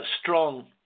strong